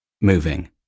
moving